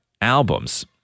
albums